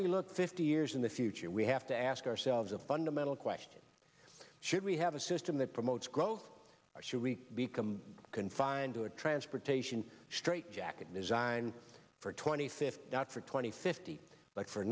we look fifty years in the future we have to ask ourselves a fundamental question should we have a system that promotes growth or should we become confined to a transportation straitjacket design for twenty fifth not for twenty fifty